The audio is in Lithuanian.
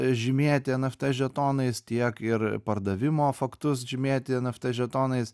žymėti eft žetonais tiek ir pardavimo faktus žymėti eft žetonais